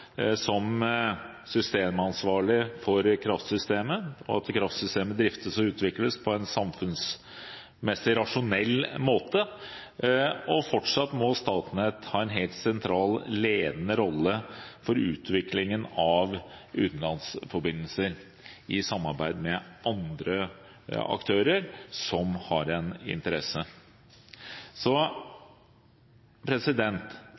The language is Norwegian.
som systemansvarlig for kraftsystemet, at kraftsystemet driftes og utvikles på en samfunnsmessig rasjonell måte, og fortsatt må Statnett ha en helt sentral, ledende rolle for utviklingen av utenlandsforbindelser i samarbeid med andre aktører som har en interesse.